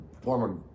former